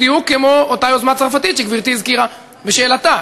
בדיוק כמו אותה יוזמה צרפתית שגברתי הזכירה בתשובתה.